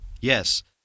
Yes